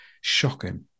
Shocking